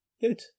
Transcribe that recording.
Good